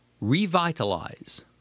Revitalize